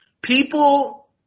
People